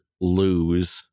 lose